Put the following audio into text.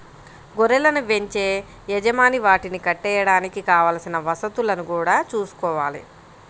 గొర్రెలను బెంచే యజమాని వాటిని కట్టేయడానికి కావలసిన వసతులను గూడా చూసుకోవాలి